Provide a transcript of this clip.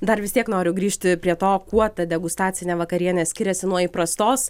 dar vis tiek noriu grįžti prie to kuo ta degustacinė vakarienė skiriasi nuo įprastos